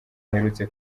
aherutse